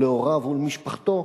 ולהוריו ולמשפחתו,